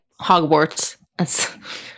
Hogwarts